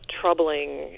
troubling